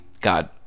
god